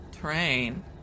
Train